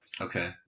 Okay